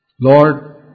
Lord